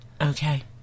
Okay